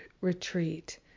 retreat